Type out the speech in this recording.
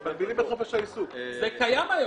דורון,